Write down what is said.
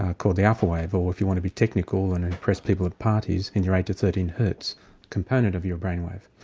ah called the alpha wave, or if you want to be technical and impress people at parties in your eight to thirteen hertz component of your brainwave.